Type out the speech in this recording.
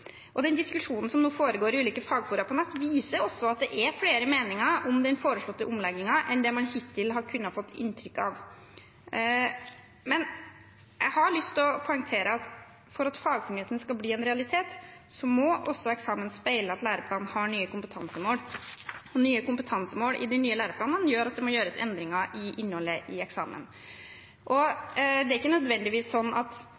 Den diskusjonen som nå foregår i ulike fagfora på nett, viser også at det er flere meninger om den foreslåtte omleggingen enn det man hittil har kunnet få inntrykk av. Men jeg har lyst til å poengtere at for at fagfornyelsen skal bli en realitet, må også eksamen speile at læreplanene har nye kompetansemål. Nye kompetansemål i de nye læreplanene gjør at det må gjøres endringer i innholdet i eksamen. Det er ikke nødvendigvis sånn at